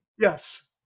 yes